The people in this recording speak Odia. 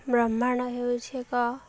ବ୍ରହ୍ମାଣ୍ଡ ହେଉଛି ଏକ